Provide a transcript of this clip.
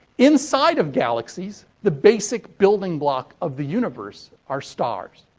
inside of galaxies, the basic building block of the universe are stars.